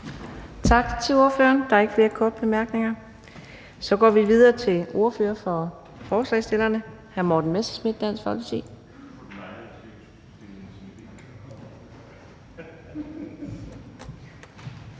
Tak til ordføreren. Der er ikke flere korte bemærkninger. Så går vi videre til ordføreren for forslagsstillerne, hr. Morten Messerschmidt, Dansk Folkeparti.